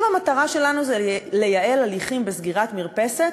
אם המטרה שלנו זה לייעל הליכים בסגירת מרפסת,